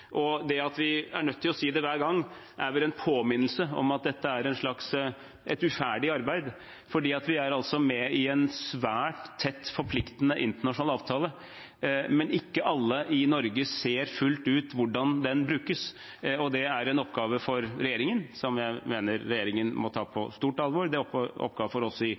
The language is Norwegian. saker. Det at vi er nødt til å si det hver gang, er vel en påminnelse om at dette er et uferdig arbeid, fordi vi er med i en svært tett, forpliktende internasjonal avtale. Men ikke alle i Norge ser fullt ut hvordan den brukes, og det er en oppgave for regjeringen, som jeg mener regjeringen må ta på stort alvor. Det er en oppgave for oss i